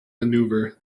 maneuver